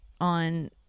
on